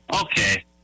okay